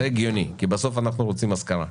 זה הגיוני כי בסוף אנחנו רוצים השכרה.